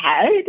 head